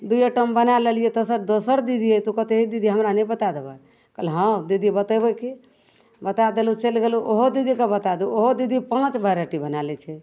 दुइ आइटम बनै लेलिए तऽ तेसर दोसर दीदी अएतै ओ कहतै हे दीदी हमरा नहि बतै देबै कहली हँ दीदी बतेबै कि बतै देलहुँ चलि गेलहुँ ओहो दीदीके बतै दु ओहो दीदी पाँच वेराइटी बनै लै छै